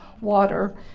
water